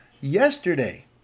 yesterday